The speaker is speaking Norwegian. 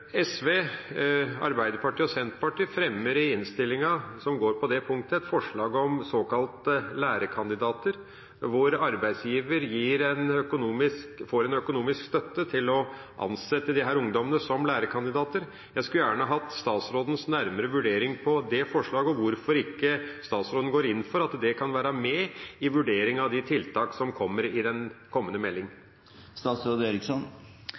SV, Arbeiderpartiet og Senterpartiet fremmer i innstillinga på dette punktet forslag om såkalte lærekandidater, hvor arbeidsgiver får økonomisk støtte til å ansette disse ungdommene som lærekandidater. Jeg skulle gjerne hatt statsrådens nærmere vurdering av dette forslaget, og hvorfor ikke statsråden går inn for at det kan være med i vurderinga av de tiltakene som kommer i den kommende